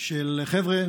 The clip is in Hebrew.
של חבר'ה